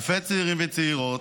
אלפי צעירים וצעירות,